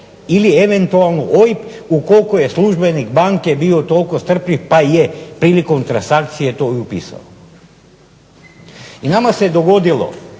ili eventualno OIB ukoliko je službenik banke bio toliko strpljiv pa je prilikom transakcije to i upisao. I nama se dogodilo